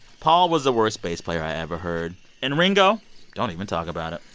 paul was the worst bass player i ever heard. and ringo don't even talk about it.